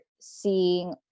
seeing